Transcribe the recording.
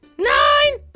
nine,